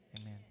Amen